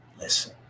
Listen